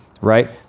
Right